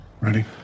Ready